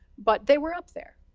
but, they were up there.